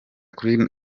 kuri